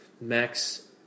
Max